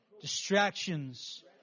Distractions